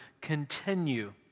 continue